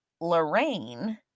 Lorraine